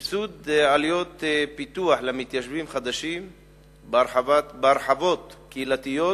סבסוד עלויות פיתוח למתיישבים חדשים בהרחבות קהילתיות